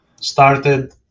started